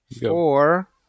four